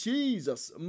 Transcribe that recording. Jesus